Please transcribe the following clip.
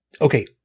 okay